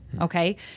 Okay